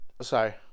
sorry